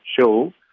show